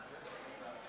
למען השם?